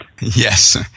Yes